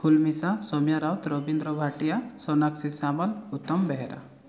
ଫୁଲମିଶା Somia Raut Rabindra Bhatia Sonakshi Samal Uttam Behera